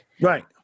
Right